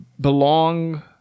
belong